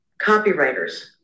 copywriters